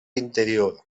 interior